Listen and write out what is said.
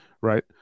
Right